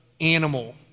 animal